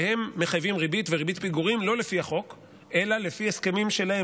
שמחייבים ריבית וריבית פיגורים לא לפי החוק אלא לפי הסכמים שלהם,